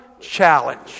challenge